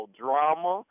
drama